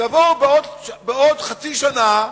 תבואו בעוד חצי שנה ותגידו: